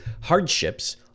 hardships